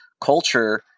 culture